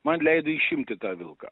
man leido išimti tą vilką